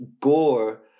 gore